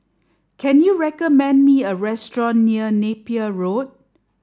can you recommend me a restaurant near Napier Road